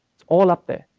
all up there,